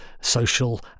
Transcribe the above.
social